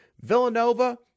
Villanova